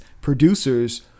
producers